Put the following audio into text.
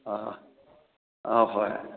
ꯑꯥ ꯑꯥ ꯍꯣꯏ